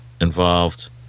involved